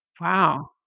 Wow